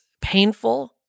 painful